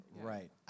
Right